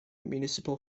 municipal